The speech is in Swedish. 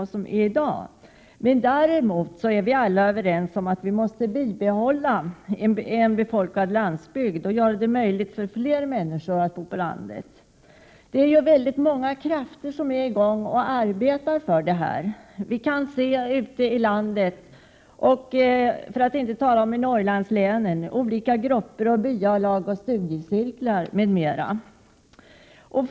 Däremot är alla överens om att vi måste bibehålla en befolkad landsbygd och göra det möjligt för fler människor att bo på landet. Det är många krafter som arbetar för detta. Vi kan ute i landet och inte minst i Norrlandslänen se olika grupper, byalag, studiecirklar m.m. som går in för detta.